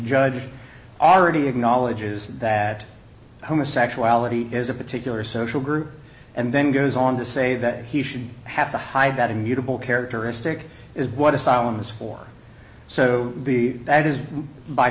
judge already acknowledges that homosexuality is a particular social group and then goes on to say that he should have to hide that immutable characteristic is what asylum is for so the that is by